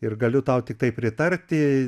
ir galiu tau tiktai pritarti